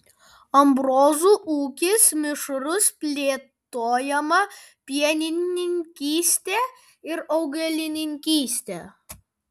ambrozų ūkis mišrus plėtojama pienininkystė ir augalininkystė